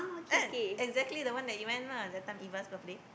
and exactly that one that you went lah that time Eva's birthday